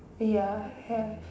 ya have